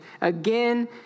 again